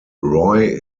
roy